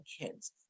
kids